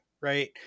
right